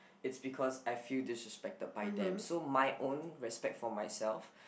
it's because I feel disrespected by them so my own respect for myself